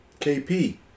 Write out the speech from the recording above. KP